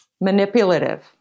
manipulative